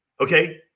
Okay